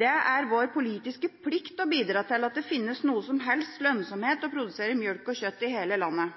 er det vår politiske plikt å bidra til at det finnes noe som helst lønnsomhet i å produsere melk og kjøtt i hele landet.